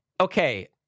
Okay